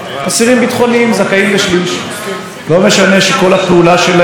לא משנה שכל הפעולה שלהם היא פעולה ממניע אידיאולוגי,